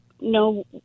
no